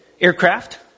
aircraft